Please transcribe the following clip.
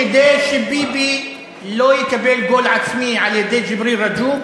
כדי שביבי לא יקבל גול עצמי על-ידי ג'יבריל רג'וב,